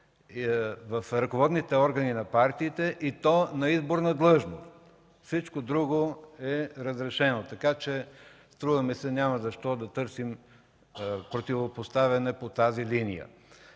в ръководните органи на партиите, и то на изборна длъжност. Всичко друго е разрешено. Струва ми се, че няма защо да търсим противопоставяне по тази линия.